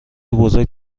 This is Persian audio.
بزرگ